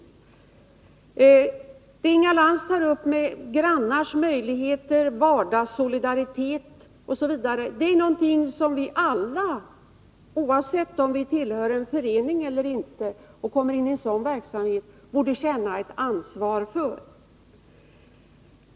Det Inga Lantz tar upp om grannars insatser, vardagssolidaritet osv. är någonting som vi alla, oavsett om vi tillhör en förening eller inte, borde känna ett ansvar för.